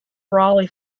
brolly